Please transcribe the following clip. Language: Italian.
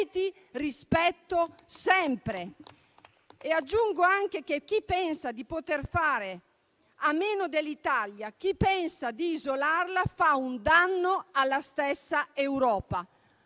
Aggiungo anche che chi pensa di poter fare a meno dell'Italia e chi pensa di isolarla fa un danno alla stessa Europa.